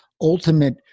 ultimate